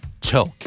Choke